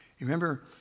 remember